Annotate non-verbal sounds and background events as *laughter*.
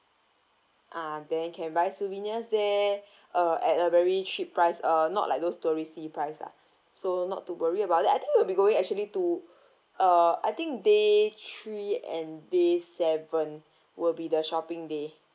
ah then you can buy souvenirs there *breath* uh at a very cheap price uh not like those touristy price lah so not to worry about that I think we'll be going actually to *breath* uh I think day three and day seven *breath* will be the shopping day